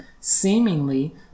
seemingly